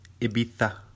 ibiza